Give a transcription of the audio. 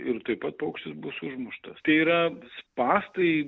ir tuoj pat paukštis bus užmuštas tai yra spąstai